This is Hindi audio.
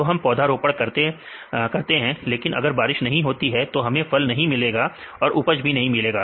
तो हम पौधा रोपण करते हैं लेकिन अगर बारिश नहीं होती है तो हमें फल नहीं मिलेगा और उपज भी नहीं होगी